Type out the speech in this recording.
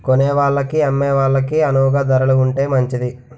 కొనేవాళ్ళకి అమ్మే వాళ్ళకి అణువుగా ధరలు ఉంటే మంచిది